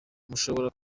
mushobora